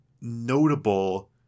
notable